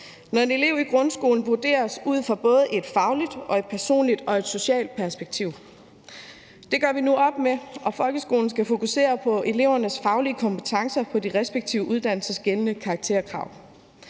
når en elev i grundskolen vurderes ud fra både et fagligt, et personligt og et socialt perspektiv. Det gør vi nu op med, og folkeskolen skal fokusere på elevernes faglige kompetencer og de respektive uddannelsers gældende karakterkrav.